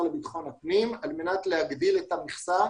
לביטחון הפנים על מנת להגדיל את המכסה